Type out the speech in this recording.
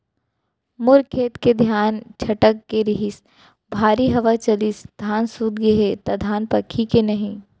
मोर खेत के धान छटक गे रहीस, भारी हवा चलिस, धान सूत गे हे, त धान पाकही के नहीं?